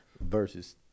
Versus